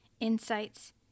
insights